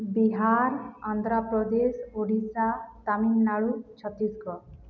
Bihar Andhra Pradesh Odisha Tamil Nadu Chhattisgarh